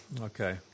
Okay